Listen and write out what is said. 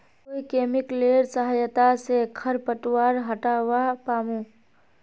कोइ केमिकलेर सहायता से खरपतवार हटावा पामु